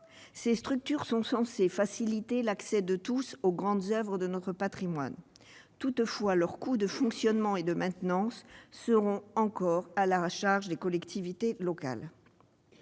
Ces structures sont censées faciliter l'accès de tous aux grandes oeuvres de notre patrimoine. Toutefois, leurs coûts de fonctionnement et de maintenance seront, encore, à la charge des collectivités locales.